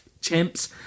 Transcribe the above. Champs